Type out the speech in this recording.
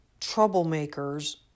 troublemakers